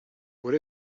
what